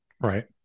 right